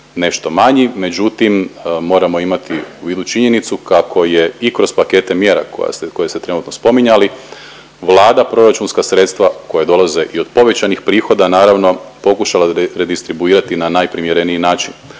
nešto manji, međutim moramo imati u vidu činjenicu kako je i kroz pakete mjera koje ste trenutno spominjali, Vlada proračunska sredstava koja dolaze i od povećanih prihoda naravno pokušala redistribuirati na najprimjereniji način.